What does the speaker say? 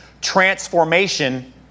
Transformation